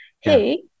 hey